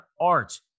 art